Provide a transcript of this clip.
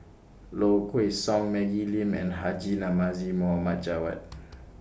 Low Kway Song Maggie Lim and Haji Namazie Muhammad Javad